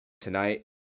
tonight